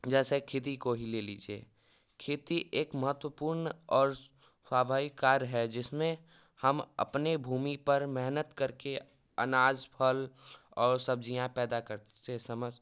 जैसा खेती को ही ले लीजिए खेती एक महत्वपूर्ण और स्वाभावी कार्य है जिसमें हम अपने भूमि पर मेहनत करके अनाज फल और सब्जियाँ पैदा कर से